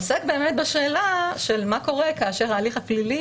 עוסק בשאלה של מה קורה כאשר ההליך הפלילי